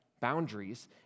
boundaries